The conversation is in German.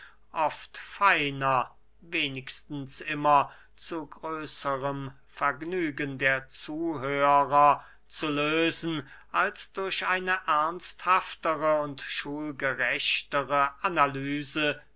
oft feiner wenigstens immer zu größerm vergnügen der zuhörer zu lösen als durch eine ernsthaftere und schulgerechtere analyse